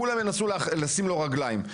כולם ינסו לשים לו רגליים.